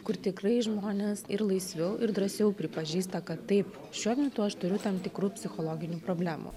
kur tikrai žmonės ir laisviau ir drąsiau pripažįsta kad taip šiuo metu aš turiu tam tikrų psichologinių problemų